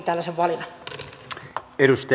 arvoisa puhemies